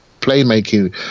playmaking